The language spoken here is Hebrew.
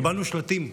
קיבלנו שלטים.